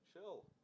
chill